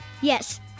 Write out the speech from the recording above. Yes